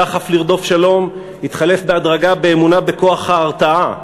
הדחף לרדוף שלום התחלף בהדרגה באמונה בכוח ההרתעה,